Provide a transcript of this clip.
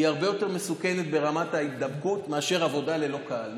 היא הרבה יותר מסוכנת ברמת ההידבקות מאשר עבודה ללא קהל.